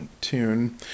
tune